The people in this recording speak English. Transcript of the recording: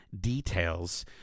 details